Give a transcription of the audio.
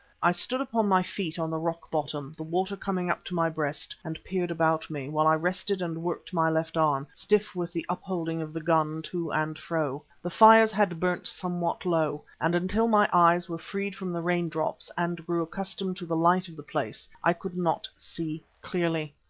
i stood upon my feet on the rock bottom, the water coming up to my breast, and peered about me, while i rested and worked my left arm, stiff with the up-holding of the gun, to and fro. the fires had burnt somewhat low and until my eyes were freed from the raindrops and grew accustomed to the light of the place i could not see clearly.